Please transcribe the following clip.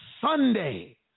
Sunday